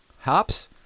Hops